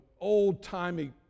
old-timey